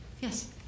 Yes